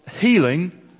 healing